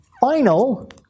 final